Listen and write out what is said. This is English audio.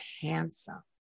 handsome